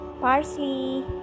parsley